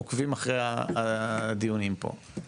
עוקבים אחרי הדיונים פה.